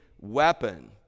weapon